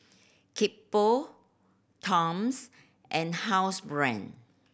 Kickapoo Toms and Housebrand